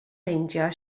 meindio